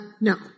No